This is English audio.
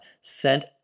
sent